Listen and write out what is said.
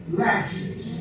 lashes